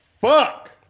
Fuck